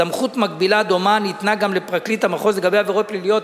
סמכות מקבילה דומה ניתנה גם לפרקליט המחוז לגבי עבירות פליליות.